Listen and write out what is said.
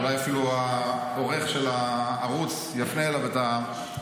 אולי אפילו העורך של הערוץ יפנה אליו את ה-frame,